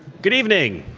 good evening.